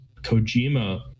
Kojima